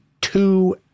two